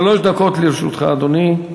שלוש דקות לרשותך, אדוני.